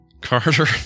Carter